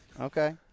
Okay